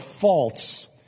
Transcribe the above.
false